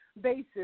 basis